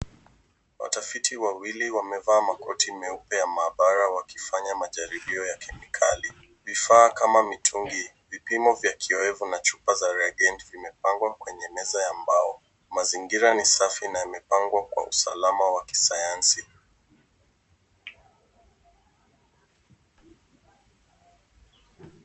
Watafiti wawili wamevaa makoti meupe ya maabara wakifanya majaribio ya kemikali. Vifaa kama mitungi vipimo vya kiowevu na chupa za radiendi zimepangwa kwenye meza ya mbao. Mazingira ni safi na yamepangwa kwa usalama wa kisayansi.